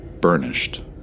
burnished